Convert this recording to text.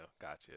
gotcha